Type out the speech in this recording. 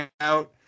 out